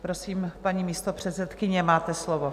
Prosím, paní místopředsedkyně, máte slovo.